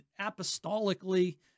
apostolically